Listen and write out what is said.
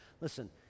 listen